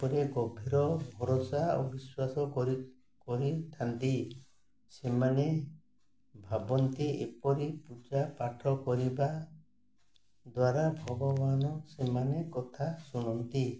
ଉପରେ ଗଭୀର ଭରସା ଓ ବିଶ୍ୱାସ କରିଥାନ୍ତି ସେମାନେ ଭାବନ୍ତି ଏପରି ପୂଜା ପାଠ କରିବା ଦ୍ୱାରା ଭଗବାନ ସେମାନେ କଥା ଶୁଣନ୍ତି